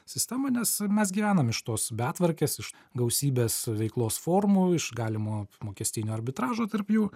sistemą nes mes gyvenam iš tos betvarkės iš gausybės veiklos formų iš galimo mokestinio arbitražo tarp jų